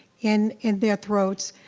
in in their throats.